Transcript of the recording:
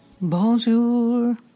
bonjour